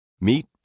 Meet